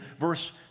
verse